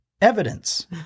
evidence